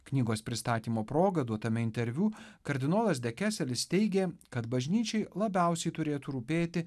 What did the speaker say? knygos pristatymo proga duotame interviu kardinolas dekeselis teigė kad bažnyčiai labiausiai turėtų rūpėti